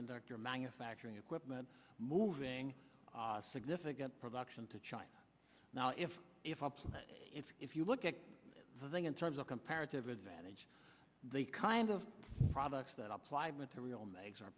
conductor manufacturing equipment moving significant production to china now if if it's if you look at the thing in terms of comparative advantage the kind of products that apply material